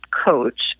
coach